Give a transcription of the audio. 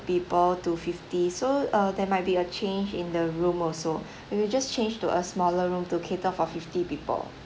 people to fifty so uh there might be a change in the room also we will just change to a smaller room to cater for fifty people